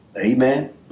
Amen